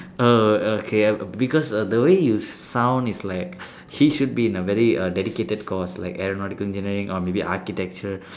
err okay because err the way you sound it's like he should be in a very uh dedicated course like aeronautical engineering or maybe architecture